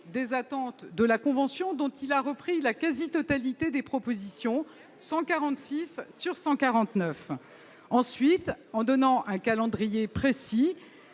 des attentes de la Convention, dont il a repris la quasi-totalité des propositions- 146 sur 149. Ensuite, en fixant un calendrier précis